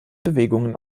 bewegungen